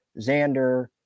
Xander